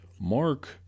Mark